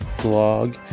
blog